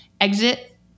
exit